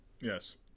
yes